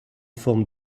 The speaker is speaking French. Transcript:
forme